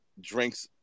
drinks